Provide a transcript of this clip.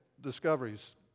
discoveries